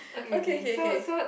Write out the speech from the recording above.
okay okay okay